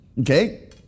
okay